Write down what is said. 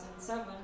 2007